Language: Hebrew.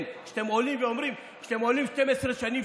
כן, כשאתם עולים ואומרים: 12 שנים,